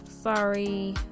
sorry